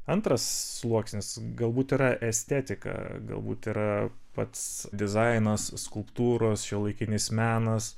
antras sluoksnis galbūt yra estetika galbūt yra pats dizainas skulptūros šiuolaikinis menas